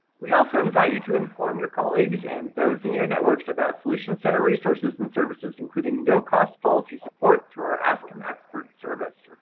we also invite you to inform your colleagues and those in your networks about solution center resources and services including no cost policy support through our ask an expert service.